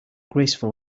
graceful